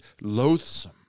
loathsome